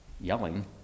yelling